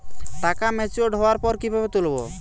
টাকা ম্যাচিওর্ড হওয়ার পর কিভাবে তুলব?